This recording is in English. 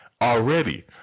already